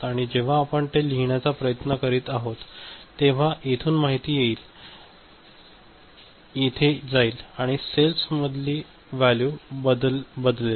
आणि जेव्हा आपण ते लिहिण्याचा प्रयत्न करीत आहोत तेव्हा येथून माहिती येथे जाईल आणि सेलमधील वॅल्यू बदलेल